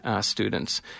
students